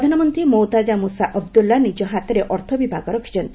ପ୍ରଧାନମନ୍ତ୍ରୀ Moutaka Musa Abdullah ନିଜ ହାତରେ ଅର୍ଥ ବିଭାଗ ରଖିଛନ୍ତି